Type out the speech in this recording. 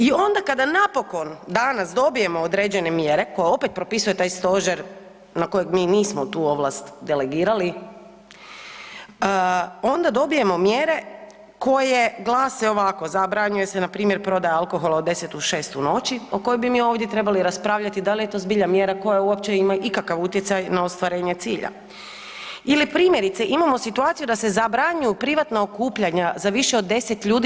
I onda kada napokon danas dobijemo određene mjere koje opet propisuje taj stožer na kojeg mi nismo tu ovlast delegirali, onda dobijemo mjere koje glase ovako, zabranjuje se npr. prodaja alkohola od 10 do 6 u noći o kojoj bi mi ovdje trebali raspravljati da li je to zbilja mjera koja uopće ima ikakav utjecaj na ostvarenje cilja ili primjerice, imamo situaciju da se zabranjuju privatna okupljanja za više od 10 ljudi.